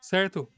Certo